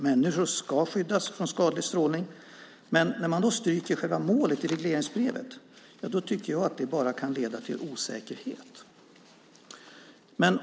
Människor ska skyddas från skadlig strålning. Men att man stryker själva målet i regleringsbrevet kan bara, tycker jag, leda till osäkerhet.